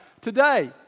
today